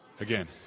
again